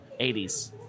80s